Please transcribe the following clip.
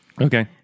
Okay